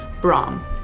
Brahm